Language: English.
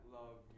love